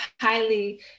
highly